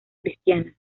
cristianas